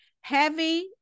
Heavy